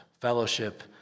fellowship